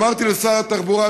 אמרתי לשר התחבורה,